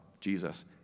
Jesus